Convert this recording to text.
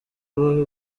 aba